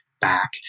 back